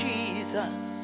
Jesus